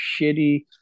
shitty